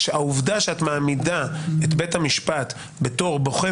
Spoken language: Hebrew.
העובדה שאת מעמידה את בית המשפט בתור בוחן